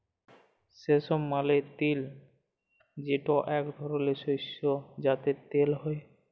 সেসম মালে তিল যেটা এক ধরলের শস্য যাতে তেল হ্যয়ে